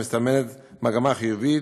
ומסתמנת מגמה חיובית,